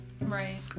Right